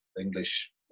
English